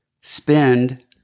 spend